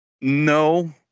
No